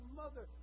mother